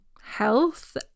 health